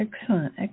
excellent